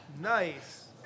nice